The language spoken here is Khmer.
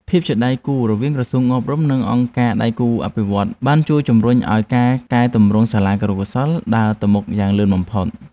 ភាពជាដៃគូរវាងក្រសួងអប់រំនិងអង្គការដៃគូអភិវឌ្ឍន៍បានជួយជំរុញឱ្យការកែទម្រង់សាលាគរុកោសល្យដើរទៅមុខយ៉ាងលឿនបំផុត។